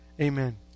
Amen